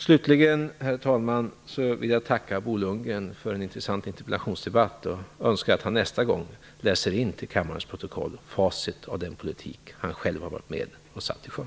Slutligen, herr talman, vill jag tacka Bo Lundgren för en intressant interpellationsdebatt och önska att han nästa gång läser in till kammarens protokoll facit av den politik som han själv har varit med om att sätta i sjön.